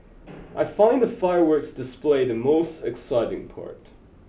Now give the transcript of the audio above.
I find the fireworks display the most exciting part